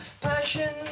Passion